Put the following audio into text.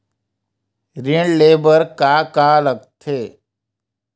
ऋण ले बर का का लगथे?